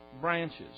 branches